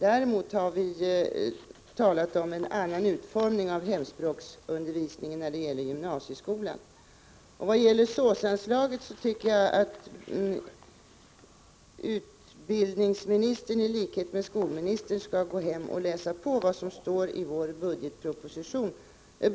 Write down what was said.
Däremot har vi talat om en annan utformning av hemspråksundervisningen i gymnasieskolan. Vad gäller SÅS-anslaget tycker jag att utbildningsministern i likhet med skolministern skall gå hem och läsa på vad som står i vår motion.